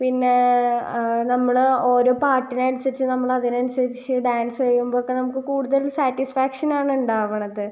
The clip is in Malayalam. പിന്നെ നമ്മള് ഓരോ പാട്ടിനനുസരിച്ച് നമ്മളതിനനുസരിച്ച് ഡാൻസ് ചെയ്യുമ്പോഴൊക്കെ നമുക്ക് കൂടുതൽ സാറ്റിസ്ഫാക്ഷൻ ഉണ്ടാകുന്നത്